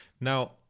Now